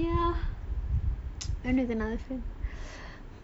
ya went with another friend